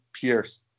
Pierce